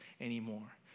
anymore